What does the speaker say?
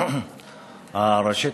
ראשית,